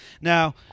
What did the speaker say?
Now